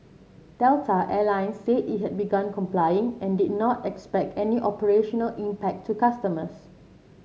Delta Air Lines said it had begun complying and did not expect any operational impact to customers